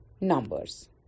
numbers